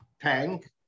tank